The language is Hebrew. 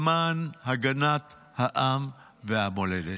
למען הגנת העם והמולדת,